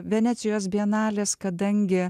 venecijos bienalės kadangi